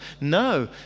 No